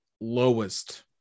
lowest